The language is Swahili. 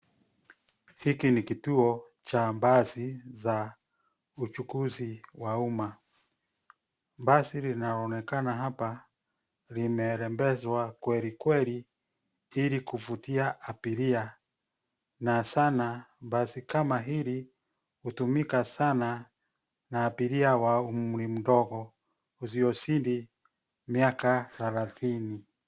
Hiki ni kituo cha basi za uchukuzi wa umma. Basi linaonekana hapa, limerebeshwa kweli kweli ilikuvutia abiria na sana basi kama hili hutumika sana na abiria wa umri mdogo usiozidi miaka thelathini.